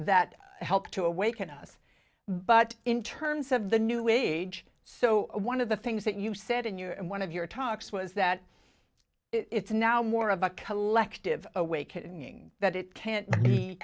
that helped to awaken us but in terms of the new age so one of the things that you said in your one of your talks was that it's now more of a collective awakening that it can't be